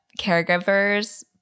caregivers